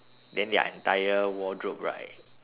then their entire wardrobe right